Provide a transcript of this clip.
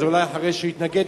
אז אולי אחרי שיתנגד.